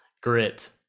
Grit